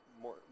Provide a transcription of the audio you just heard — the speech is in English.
more